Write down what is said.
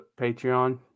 Patreon